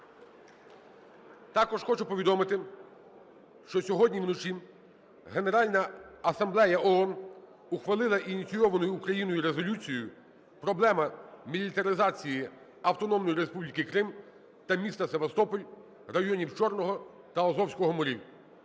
Також хочу повідомити, що сьогодні вночі Генеральна Асамблея ООН ухвалила ініційовану Україною резолюцію "Проблема мілітаризації Автономної Республіки Крим та міста Севастополь, районів Чорного та Азовського морів".